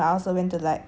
K_L there